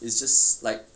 it's just like